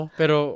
pero